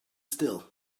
still